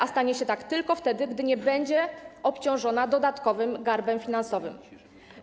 A stanie się tak tylko wtedy, gdy nie będzie obciążona dodatkowym garbem finansowym.